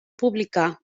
publicà